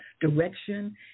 direction